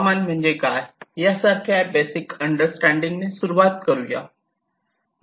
हवामान म्हणजे काय यासारख्या बेसिक अंडरस्टँडिंग सुरुवात करुया